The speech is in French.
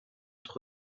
entre